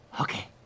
Okay